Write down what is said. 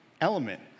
element